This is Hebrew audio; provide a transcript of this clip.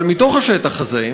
אבל מתוך השטח הזה,